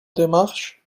démarche